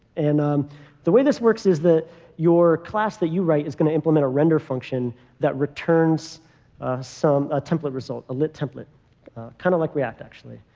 and um the way this works is that your class that you write is going to implement a render function that returns a template result, a lit template kind of like react actually.